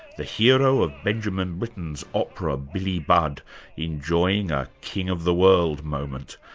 the hero of benjamin britten's opera billy budd enjoying a king of the world moment.